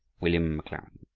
william maclaren,